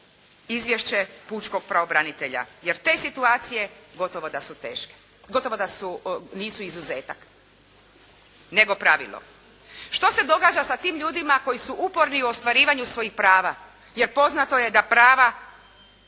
izvješće pučkog pravobranitelja jer te situacije gotovo da nisu izuzetak, nego pravilo. Što se događa sa tim ljudima koji su uporni u ostvarivanju svojih prava? Jer poznato je da prava